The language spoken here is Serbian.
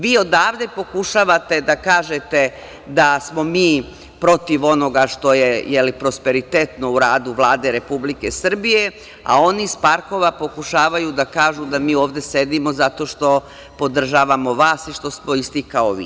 Vi odavde pokušavate da kažete da smo mi protiv onoga što je prosperitetno u Vladi Republike Srbije, a oni iz parkova pokušavaju da kažu da mi ovde sedimo zato što podržavamo vas i što smo isti kao vi.